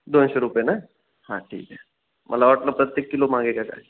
दोनशे रुपये ना हां ठीक आहे मला वाटलं प्रत्येक किलो मागे का काय